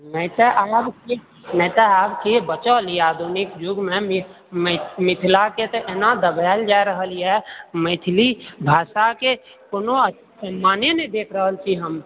नहि तऽ आब किछु नहि तऽ आब के बचल यऽ आधुनिक युग मे मिथिला के तऽ एना दबाएल जाए रहल यऽ मैथिली भाषा के कोनो सम्माने नहि देख रहल छी हम